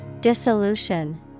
Dissolution